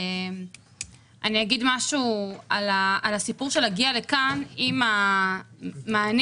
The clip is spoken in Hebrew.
אני אומר משהו על הסיפור של ההגעה לכאן עם המענים